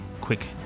quick